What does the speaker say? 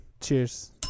Cheers